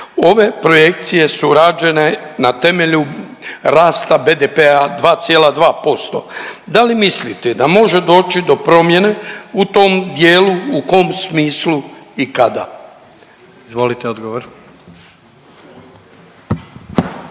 Ove projekcije su rađene na temelju rasta BDP-a 2,2%. Da li mislite da može doći do promjene u tom tijelu, u kom smislu i kada? **Jandroković,